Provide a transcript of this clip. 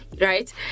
Right